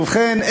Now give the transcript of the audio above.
ובכן,